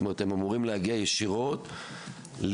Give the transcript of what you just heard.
הם אמורים להגיע ישירות לתר"חים.